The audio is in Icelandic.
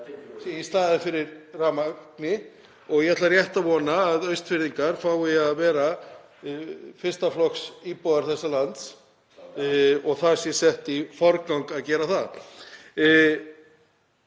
fram í.) í staðinn fyrir rafmagnið. Ég ætla rétt að vona að Austfirðingar fái að vera fyrsta flokks íbúar þessa lands og það sé sett í forgang að gera það.